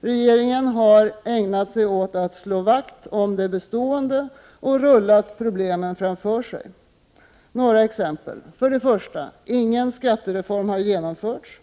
Regeringen har ägnat sig åt att slå vakt om det bestående och har rullat problemen framför sig. Jag vill ge några exempel. För det första: Ingen skattereform har genomförts.